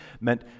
meant